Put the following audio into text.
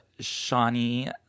Shawnee